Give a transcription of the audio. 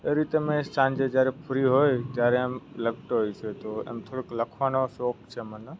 એ રીતે મેં સાંજે જ્યારે ફ્રી હોય ત્યારે એમ લખતો હોઉં છું તો આમ થોડું લખવાનો શોખ છે મને